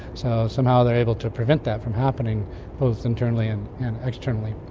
so somehow they are able to prevent that from happening both internally and externally.